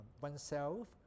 oneself